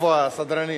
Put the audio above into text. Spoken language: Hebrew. איפה הסדרנים?